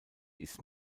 ist